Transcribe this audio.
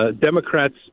Democrats